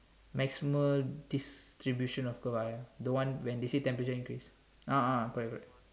maximal distribution of Chloride ah the one when they say temperature increase ah ah correct correct